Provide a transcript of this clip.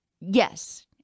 Yes